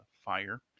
fire